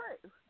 true